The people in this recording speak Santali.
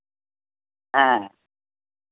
ᱦᱮᱸ